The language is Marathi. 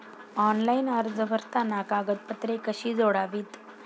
ऑनलाइन अर्ज भरताना कागदपत्रे कशी जोडावीत?